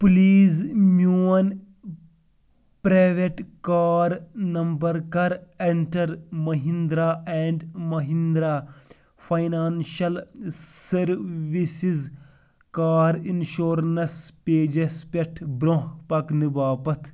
please میون private car number کَر enter Mahindra and Mahindra financial services car insurance pages پٮ۪ٹھ برٛونٛہہ پکنہٕ باپتھ